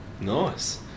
Nice